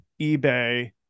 ebay